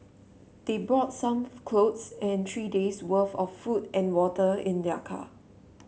they brought some clothes and three days worth of food and water in their car